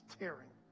tearing